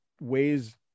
ways